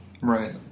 Right